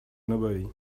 nobody